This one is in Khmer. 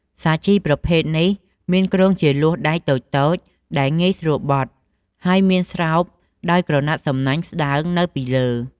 សាជីប្រភេទនេះមានគ្រោងជាលួសដែកតូចៗដែលងាយស្រួលបត់ ហើយមានស្រោបដោយក្រណាត់សំណាញ់ស្តើងនៅពីលើ។